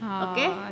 okay